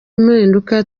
mpinduka